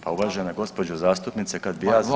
Pa uvažena gospođo zastupnice kad bih ja